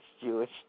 Jewish